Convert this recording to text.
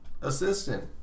assistant